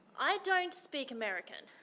i don't speak american.